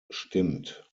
stimmt